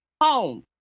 home